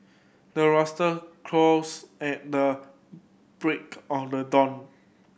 the rooster crows at the break of the dawn